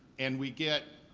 and we get,